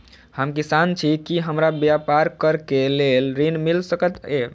हम किसान छी की हमरा ब्यपार करऽ केँ लेल ऋण मिल सकैत ये?